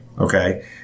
Okay